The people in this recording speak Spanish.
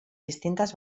distintas